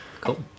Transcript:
cool